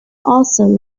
also